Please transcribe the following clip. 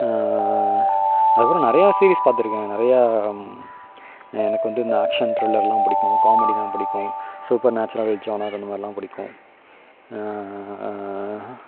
அதுக்கப்பறம் நிறையா சீரீஸ் பார்த்துருக்கேன் நிறையா எனக்கு வந்து இந்த ஆக்ஷன் த்ரில்லர்லாம் பிடிக்கும் காமெடி தான் பிடிக்கும் ஸோ இப்போ நேச்சுரல் ஜனல் இந்த மாதிரிலாம் பிடிக்கும்